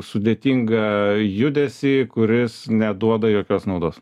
sudėtingą judesį kuris neduoda jokios naudos